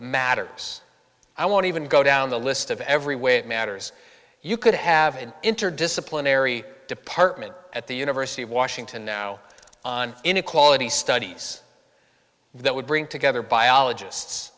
matters i won't even go down the list of every way it matters you could have an interdisciplinary department at the university of washington now on inequality studies that would bring together biologists